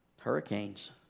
hurricanes